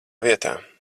vietā